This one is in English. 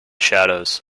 shadows